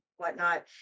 Whatnot